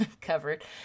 covered